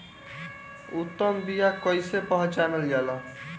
उत्तम बीया कईसे पहचानल जाला?